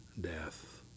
death